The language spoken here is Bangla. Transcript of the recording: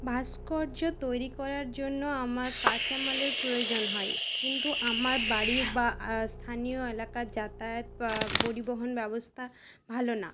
ভাস্কর্য তৈরি করার জন্য আমার কাঁচা মালের প্রয়োজন হয় কিন্তু আমার বাড়ির বা স্থানীয় এলাকার যাতায়াত বা পরিবহন ব্যবস্থা ভালো না